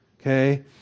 Okay